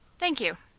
thank you.